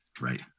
right